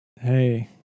Hey